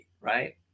right